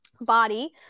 body